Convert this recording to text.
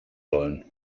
sollen